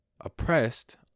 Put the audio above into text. oppressed